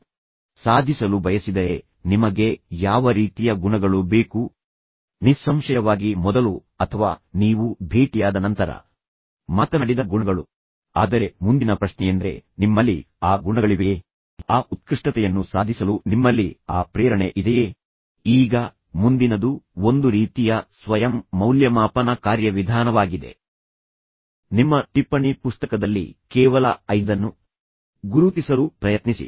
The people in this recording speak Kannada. ಈಗ ಅಂತಹ ಕ್ರಿಯಾತ್ಮಕ ವ್ಯಕ್ತಿತ್ವವು ಅನೇಕ ಸಂಘರ್ಷಗಳಿಗೆ ಒಳಗಾಗಿದೆ ಮತ್ತು ನಂತರ ಜ್ಞಾನ ಮತ್ತು ಬುದ್ಧಿವಂತಿಕೆಯಿಂದ ತುಂಬಿದೆ ಮತ್ತು ಜ್ಞಾನ ಮತ್ತು ಬುದ್ಧಿವಂತಿಕೆ ಎಂಬ ಸಂಪೂರ್ಣ ಪ್ರಬಂಧವನ್ನು ಅಂದರೆ ಸಂಘರ್ಷಗಳನ್ನು ಪರಿಹರಿಸುವ ನಿಟ್ಟಿನಲ್ಲಿ ನಿಮ್ಮ ಮೃದು ಕೌಶಲ್ಯಗಳನ್ನು ಅಭಿವೃದ್ಧಿಪಡಿಸಲು ನೀವು ಬಯಸಿದರೆ ಓದುವುದು ಯೋಗ್ಯವಾಗಿದೆ